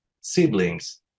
siblings